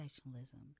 professionalism